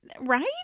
Right